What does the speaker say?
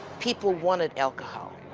people wanted alcohol.